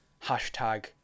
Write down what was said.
hashtag